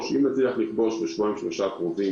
אם נצליח בשבועיים-שלושה הקרובים